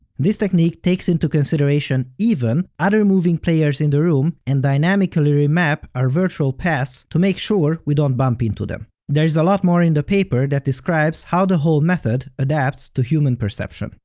this technique takes into consideration even other moving players in the room and dynamically remap our virtual paths to make sure we don't bump into them. there is a lot more in the paper that describes how the whole method adapts to human perception.